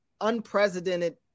unprecedented